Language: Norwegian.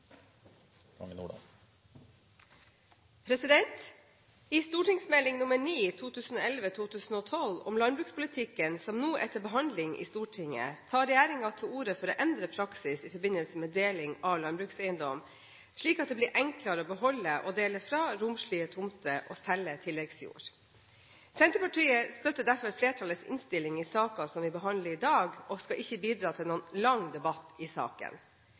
til behandling i Stortinget, tar regjeringen til orde for å endre praksis i forbindelse med deling av landbrukseiendom, slik at det blir enklere å beholde og dele fra romslige tomter og selge tilleggsjord. Senterpartiet støtter derfor flertallets innstilling i saken som vi behandler i dag, og skal ikke bidra til noen lang debatt. Jeg vil kun knytte noen korte kommentarer til det som er omtalt i